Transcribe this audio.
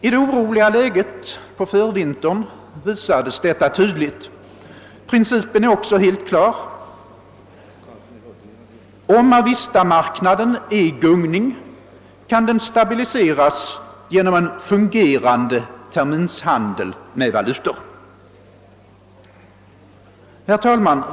I det oroliga läget på förvintern visade sig detta tydligt. Principen är också helt klar: om avistamarknaden är i gungning kan den stabiliseras genom en fungerande terminshandel med valutor. Herr talman!